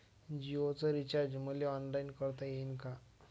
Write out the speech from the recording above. जीओच रिचार्ज मले ऑनलाईन करता येईन का?